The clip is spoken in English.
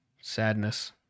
Sadness